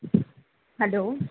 hello